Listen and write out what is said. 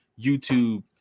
youtube